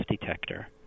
detector